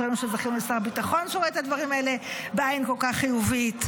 אשרינו שזכינו לשר ביטחון שרואה את הדברים האלה בעין כל כך חיובית.